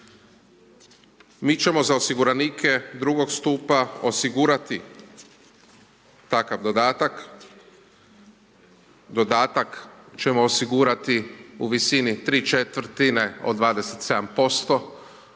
Mi ćemo za osiguranike II. stupa osigurati takav dodatak, dodatak ćemo osigurati u visini 3/4 od 27%